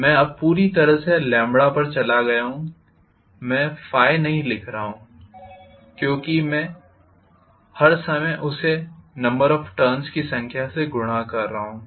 मैं अब पूरी तरह से पर चला गया हूं मैं नहीं लिख रहा हूं क्योंकि मैं हर समय उसे नंबर ऑफ टर्न्स की संख्या से गुणा कर रहा हूं